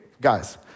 guys